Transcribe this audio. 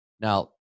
Now